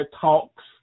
Talks